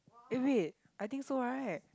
eh wait I think so right